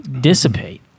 dissipate